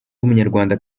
w’umunyarwanda